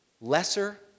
lesser